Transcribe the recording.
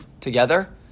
together